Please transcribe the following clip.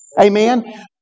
Amen